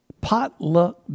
Potluck